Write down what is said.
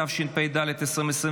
התשפ"ד 2024,